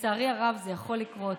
לצערי הרב זה יכול לקרות.